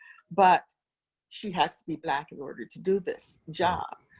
but she has to be black in order to do this job.